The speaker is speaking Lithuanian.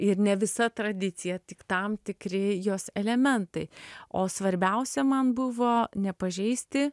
ir ne visa tradicija tik tam tikri jos elementai o svarbiausia man buvo nepažeisti